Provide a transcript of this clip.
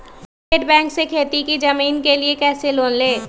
State bank से खेती की जमीन के लिए कैसे लोन ले?